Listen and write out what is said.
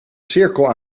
cirkel